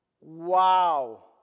Wow